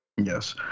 Yes